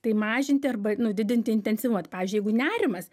tai mažinti arba didinti intensyvumą tai pavyzdžiui jeigu nerimas